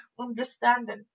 understanding